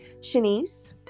Shanice